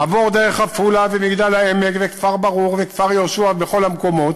עבור דרך עפולה ומגדל-העמק וכפר-ברוך וכפר-יהושע וכל המקומות,